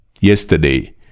Yesterday